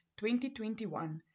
2021